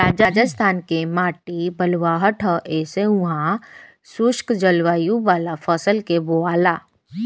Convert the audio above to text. राजस्थान के माटी बलुअठ ह ऐसे उहा शुष्क जलवायु वाला फसल के बोआला